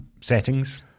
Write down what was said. settings